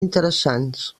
interessants